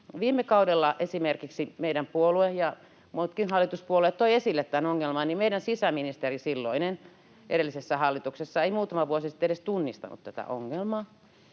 Viime kaudella kun esimerkiksi meidän puolue ja muutkin hallituspuolueet toivat esille tämän ongelman, niin meidän silloinen sisäministeri, edellisessä hallituksessa, ei muutama vuosi sitten edes tunnistanut tätä ongelmaa.